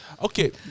Okay